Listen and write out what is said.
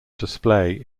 display